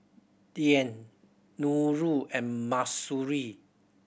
Dian Nurul and Mahsuri